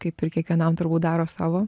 kaip ir kiekvienam turbūt daro savo